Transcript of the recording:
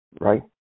right